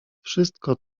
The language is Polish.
wszystko